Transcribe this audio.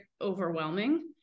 overwhelming